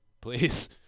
please